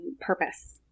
purpose